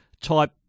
type